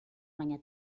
baina